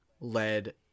led